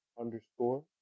Underscore